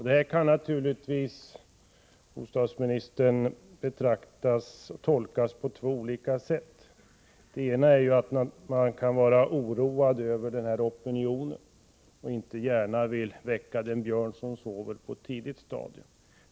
Detta kan naturligtvis, bostadsministern, tolkas på två olika sätt. Det ena är att man kan vara oroad över opinionen och inte gärna vill väcka den björn som sover på ett tidigt stadium.